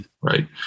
right